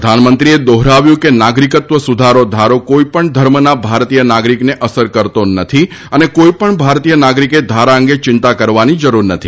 પ્રધાનમંત્રીએ દોહરાવ્યું હતું કે નાગરિકત્વ સુધારા ધારો કોઇપણ ધર્મના ભારતીય નાગરિકને અસર કરતો નથી અને કોઇપણ ભારતીય નાગરિકે ધારા અંગે ચિંતા કરવાની જરૂર નથી